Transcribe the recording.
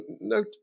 note